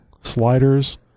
sliders